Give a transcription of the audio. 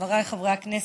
חבריי חברי הכנסת,